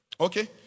Okay